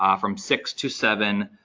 um from six to seven